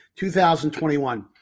2021